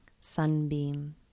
Sunbeam